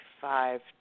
five